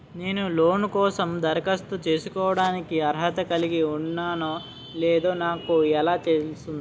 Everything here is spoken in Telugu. నేను లోన్ కోసం దరఖాస్తు చేసుకోవడానికి అర్హత కలిగి ఉన్నానో లేదో నాకు ఎలా తెలుస్తుంది?